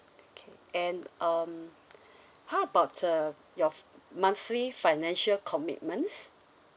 okay and um how about the your monthly financial commitments